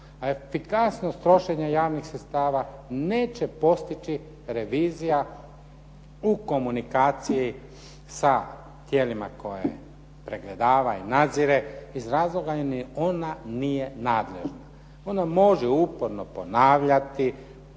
efikasnost trošenja javnih sredstava neće postići revizija u komunikaciji sa tijelima koje pregledava i nadzire iz razloga jer ona nije nadležna. Ona može uporno ponavljati,